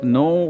no